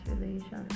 relationship